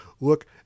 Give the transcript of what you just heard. look